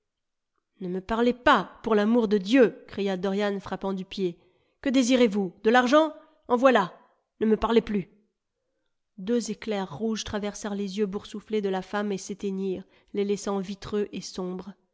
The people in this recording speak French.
ne me parlez pas pour l'amour de dieu cria dorian frappant du pied que désirez-vous de l'argent en voilà ne me parlez plus deux éclairs rouges traversèrent les yeux boursouflés de la femme et s'éteignirent les laissant vitreux et sombres